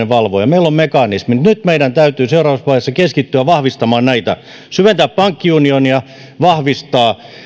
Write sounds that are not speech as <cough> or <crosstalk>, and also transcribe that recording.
<unintelligible> valvojan meillä on mekanismi mutta nyt meidän täytyy seuraavassa vaiheessa keskittyä vahvistamaan näitä syventää pankkiunionia vahvistaa